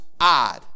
odd